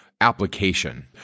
application